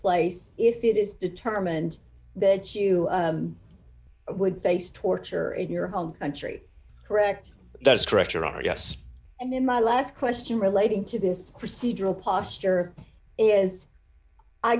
place if it is determined that you would face torture in your home country correct that's correct your honor yes and then my last question relating to this procedural posture is i